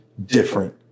different